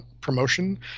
promotion